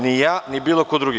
Ni ja, ni bilo ko drugi.